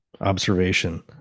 observation